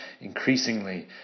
increasingly